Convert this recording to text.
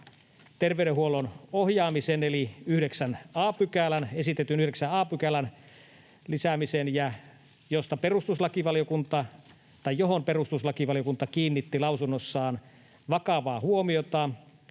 terveydenhuollon ohjaamisen eli esitetyn 9 a §:n lisäämisen, johon perustuslakivaliokunta kiinnitti lausunnossaan vakavaa huomiota